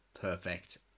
Perfect